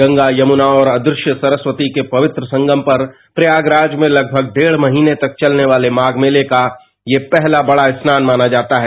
गंगा यमुना और अदृश्य सरस्ती के पवित्र संगम पर प्रयागराज में लगमग डेढ़ महीने तक चलने वाले माप मेले का ये पहला बढ़ा स्नान माना जाता है